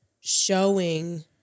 showing